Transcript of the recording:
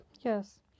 Yes